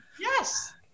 Yes